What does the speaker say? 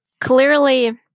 clearly